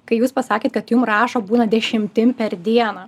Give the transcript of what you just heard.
kai jūs pasakėt kad jum rašo būna dešimtim per dieną